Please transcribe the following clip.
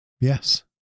Yes